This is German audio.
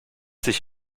sich